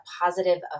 positive